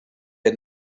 had